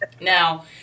Now